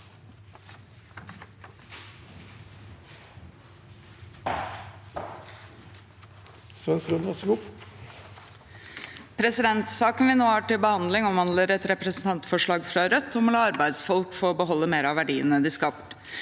(ordfører for saken): Saken vi nå har til behandling, omhandler et representantforslag fra Rødt om å la arbeidsfolk få beholde mer av verdiene de skaper.